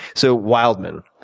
so wildman,